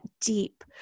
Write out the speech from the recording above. deep